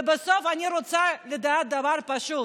ובסוף, אני רוצה לדעת דבר פשוט,